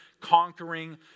conquering